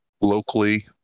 locally